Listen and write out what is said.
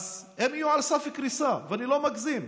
הן יהיו על סף קריסה, ואני לא מגזים.